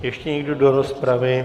Ještě někdo do rozpravy?